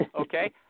Okay